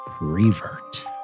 Revert